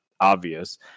obvious